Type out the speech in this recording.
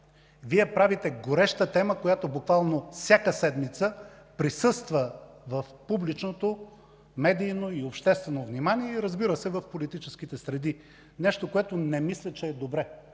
Вие правите гореща тема, която буквално всяка седмица присъства в публичното, медийно и обществено внимание, и разбира се, в политическите среди – нещо, което не мисля, че е добре,